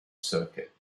circuit